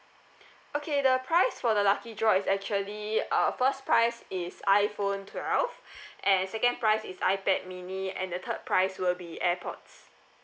okay the price for the lucky draw is actually uh first prize is iphone twelve and second prize is ipad mini and the third price will be airpods